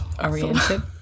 Oriented